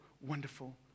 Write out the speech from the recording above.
wonderful